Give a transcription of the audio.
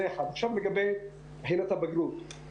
לגבי בחינת הבגרות,